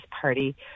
party